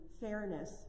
fairness